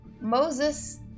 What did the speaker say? Moses